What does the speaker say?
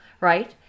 right